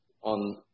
on